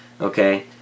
okay